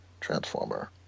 Transformer